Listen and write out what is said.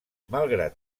malgrat